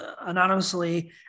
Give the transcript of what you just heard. anonymously